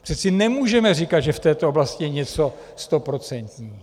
Přeci nemůžeme říkat, že v této oblasti je něco stoprocentní.